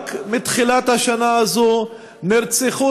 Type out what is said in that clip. רק מתחילת השנה הזו נרצחו